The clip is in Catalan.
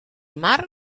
mar